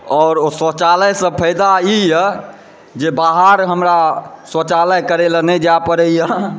आओर शौचालयसँ फायदा ई यऽ जे बाहर हमरा शौचालय करै लए नहि जाए पड़ैए